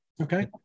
Okay